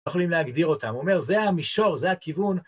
יכולים להגדיר אותם, הוא אומר, זה המישור, זה הכיוון.